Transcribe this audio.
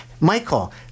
Michael